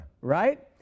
right